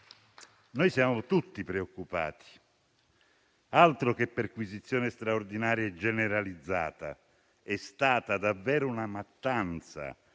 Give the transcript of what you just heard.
Siamo tutti preoccupati, altro che perquisizione straordinaria e generalizzata, è stata davvero una mattanza